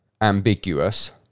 ambiguous